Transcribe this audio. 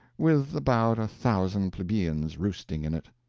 with about a thousand plebeians roosting in it.